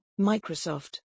Microsoft